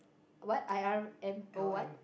what I_R_M_O what